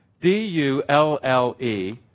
D-U-L-L-E